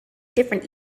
different